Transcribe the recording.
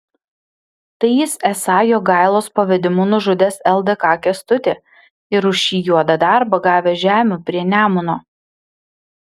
tai jis esą jogailos pavedimu nužudęs ldk kęstutį ir už šį juodą darbą gavęs žemių prie nemuno